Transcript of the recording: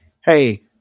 hey